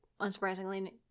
unsurprisingly